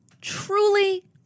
truly